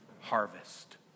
harvest